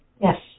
yes